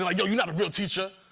like you're you're not a real teacher!